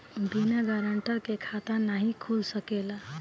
बिना गारंटर के खाता नाहीं खुल सकेला?